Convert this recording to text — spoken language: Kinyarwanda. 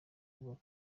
kuvuga